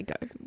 Go